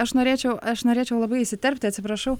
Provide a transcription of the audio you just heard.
aš norėčiau aš norėčiau labai įsiterpti atsiprašau